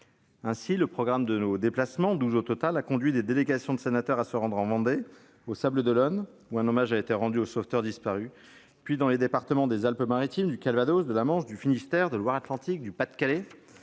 Ainsi, le programme de nos déplacements- douze au total -a conduit des délégations de sénateurs à se rendre en Vendée- aux Sables-d'Olonne, où un hommage a été rendu aux sauveteurs disparus -, puis dans les départements des Alpes-Maritimes, du Calvados, de la Manche, du Finistère, de Loire-Atlantique, du Pas-de-Calais,